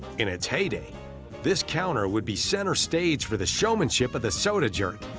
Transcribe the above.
in its heyday this counter would be center stage for the showmanship of the soda jerk,